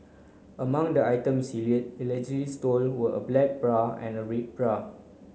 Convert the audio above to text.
among the items he allegedly stole were a black bra and a red bra